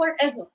forever